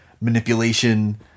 manipulation